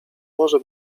może